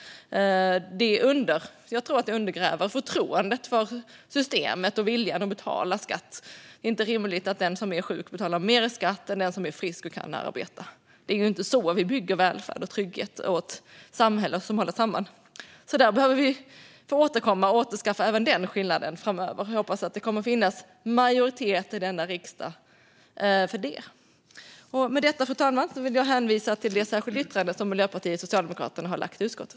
Jag tror att det undergräver förtroendet för systemet och viljan att betala skatt. Det är inte rimligt att den som är sjuk betalar mer i skatt än den som är frisk och kan arbeta. Det är inte så vi bygger välfärd och trygghet för ett samhälle som håller samman. Där behöver vi återkomma och ta bort även den skillnaden framöver. Jag hoppas att det kommer att finnas en majoritet i denna riksdag för det. Fru talman! Jag hänvisar till Miljöpartiets och Socialdemokraternas särskilda yttrande.